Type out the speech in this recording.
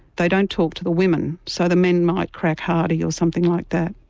they don't talk to the women so the men might crack hardy or something like that.